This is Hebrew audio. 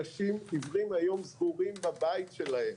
אנשים עיוורים היום סגורים בבית שלהם.